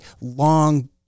long